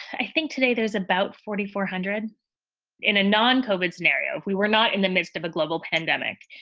i think today there's about forty, four hundred in a non-covered scenario. we were not in the midst of a global pandemic.